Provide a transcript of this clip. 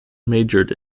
majored